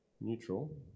neutral